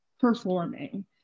performing